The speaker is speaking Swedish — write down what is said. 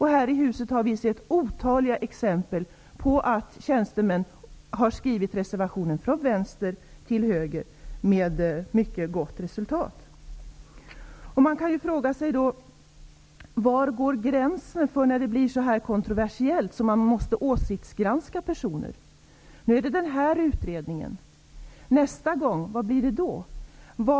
Här i huset har vi sett otaliga exempel på att tjänstemän har skrivit reservationer, från vänster till höger, med mycket gott resultat. Man kan då fråga sig var gränsen går för när det blir så kontroversiellt att man måste åsiktsgranska personer. Denna gång är det fråga om denna utredning. Vad blir det nästa gång?